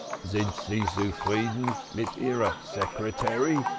sind sie zufrieden mit ihrer secretary?